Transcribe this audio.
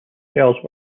shells